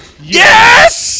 Yes